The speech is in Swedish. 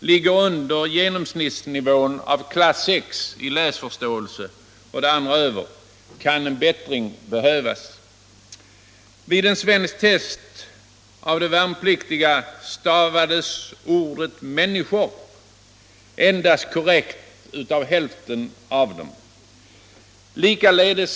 ligger under genomsnittsnivån av klass 6 i läsförståelse, kan en bättring behövas. Vid ett svenskt test bland värnpliktiga stavades ordet människor korrekt endast av hälften av de testade.